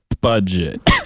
budget